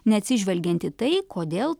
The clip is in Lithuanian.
neatsižvelgiant į tai kodėl